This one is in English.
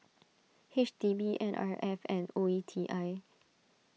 H D B N R F and O E T I